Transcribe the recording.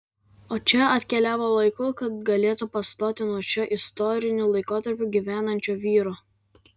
o čia atkeliavo laiku kad galėtų pastoti nuo šiuo istoriniu laikotarpiu gyvenančio vyro